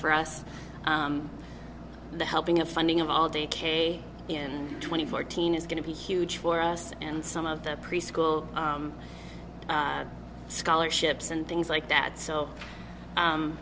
for us the helping of funding of all day k in twenty fourteen is going to be huge for us and some of the preschool scholarships and things like that so